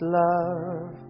love